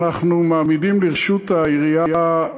אנחנו מעמידים לרשות העירייה,